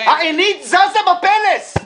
העינית זזה בפלס.